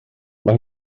mae